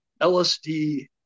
LSD